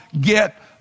get